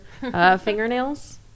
fingernails